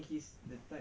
is